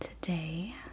Today